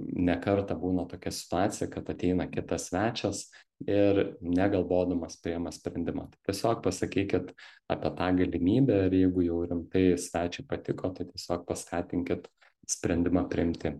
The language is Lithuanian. ne kartą būna tokia situacija kad ateina kitas svečias ir negalvodamas priima sprendimą tai tiesiog pasakykit apie tą galimybę ir jeigu jau rimtai svečiui patiko tai tiesiog paskatinkit sprendimą priimti